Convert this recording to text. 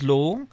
Law